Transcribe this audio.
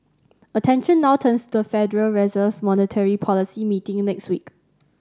attention now turns to the Federal Reserve's monetary policy meeting next week